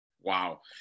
Wow